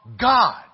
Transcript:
God